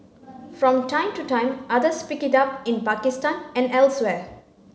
from time to time others pick it up in Pakistan and elsewhere